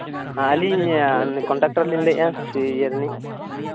ᱦᱮᱸ ᱟᱹᱞᱤᱧ ᱠᱚᱱᱴᱟᱠᱴᱟᱨ ᱞᱤᱧ ᱞᱟᱹᱭᱮᱫᱼᱟ ᱥᱮ ᱤᱭᱟᱹ ᱨᱤᱱᱤᱡ